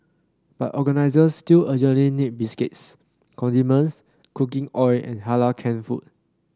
but organisers still urgently need biscuits condiments cooking oil and halal canned food